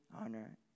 honor